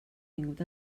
vingut